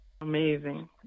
Amazing